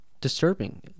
disturbing